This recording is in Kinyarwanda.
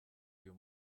uyu